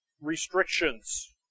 restrictions